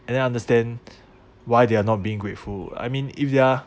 and then understand why they are not being grateful I mean if they are